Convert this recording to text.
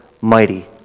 mighty